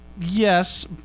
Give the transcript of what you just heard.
Yes